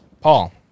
Paul